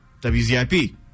wzip